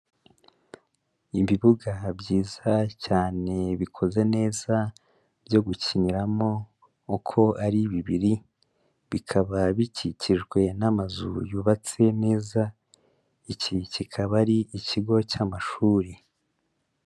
Ibibuga byiza cyane bikoze neza byo gukiniramo uko ari bibiri, bikaba bikikijwe n'amazu yubatse neza, iki kikaba ari ikigo cy'amashuri.